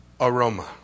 aroma